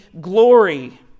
glory